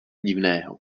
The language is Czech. divného